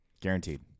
guaranteed